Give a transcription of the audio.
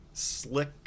slick